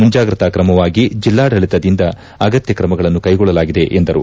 ಮುಂಜಾಗ್ರತಾ ಕ್ರಮವಾಗಿ ಜೆಲ್ಲಾಡಳಿತದಿಂದ ಅಗತ್ಯ ಕ್ರಮಗಳನ್ನು ಕೈಗೊಳ್ಳಲಾಗಿದೆ ಎಂದರು